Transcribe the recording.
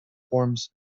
forms